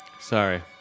Sorry